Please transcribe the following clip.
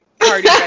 party